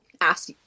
ask